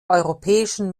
europäischen